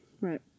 Right